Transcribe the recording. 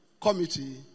Committee